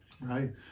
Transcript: right